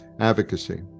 Advocacy